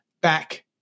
back